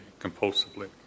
compulsively